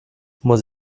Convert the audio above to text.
muss